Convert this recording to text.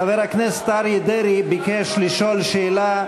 חבר הכנסת אריה דרעי ביקש לשאול שאלה.